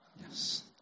Yes